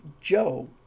Joe